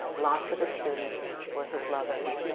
lots of his students were his lovers,